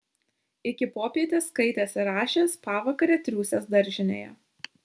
iki popietės skaitęs ir rašęs pavakare triūsęs daržinėje